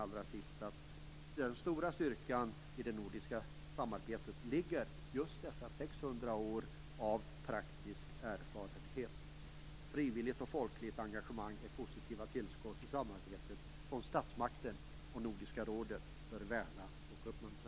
Allra sist: Jag tror att den verkliga styrkan i det nordiska samarbetet ligger i just 600 år av praktisk erfarenhet. Frivilligt och folkligt engagemang är ett positivt tillskott i samarbetet, något som statsmakterna och Nordiska rådet bör värna och uppmuntra.